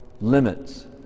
limits